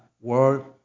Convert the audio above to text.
world